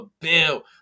bill